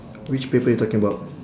which paper you talking about